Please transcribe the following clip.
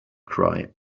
cry